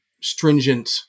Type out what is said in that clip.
stringent